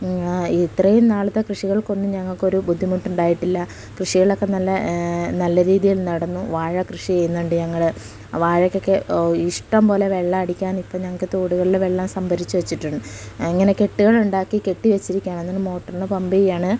ഇത്രയും നാളത്തെ കൃഷികൾക്കൊന്നും ഞങ്ങൾക്കൊരു ബുദ്ധിമുട്ടുണ്ടായിട്ടില്ല കൃഷികളൊക്കെ നല്ല നല്ല രീതിയിൽ നടന്നു വാഴക്കൃഷി ചെയ്യുന്നുണ്ട് ഞങ്ങൾ വാഴക്കൊക്കെ ഇഷ്ടംപോലെ വെള്ളം അടിക്കാൻ ഇപ്പോൾ ഞങ്ങൾക്ക് തോടുകളിൽ വെള്ളം സംഭരിച്ചു വച്ചിട്ടുണ്ട് ഇങ്ങനെ കെട്ടുകൾ ഉണ്ടാക്കി കെട്ടിവച്ചിരിക്കുകയാണ് അതിന് മോട്ടറിന് പമ്പു ചെയ്യുകയാണ്